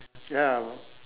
ya